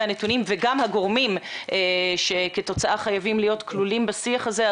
וגם הגורמים שכתוצאה חייבים להיות כלולים בשיח הזה.